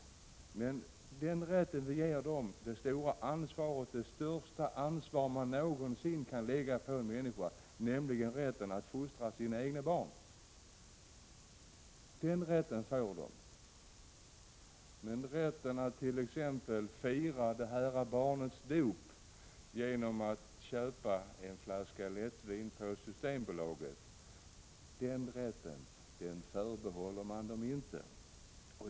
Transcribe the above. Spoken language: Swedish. Den rätten ger dem det största ansvar man någonsin kan lägga på en människa, nämligen att fostra sina barn. Men rätten att t.ex. fira det här barnets dop genom att köpa en flaska lättvin på Systembolaget förbehåller man dem inte.